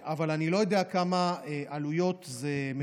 אוקיי, אבל אני לא יודע כמה עלויות זה מגלם בתוכו.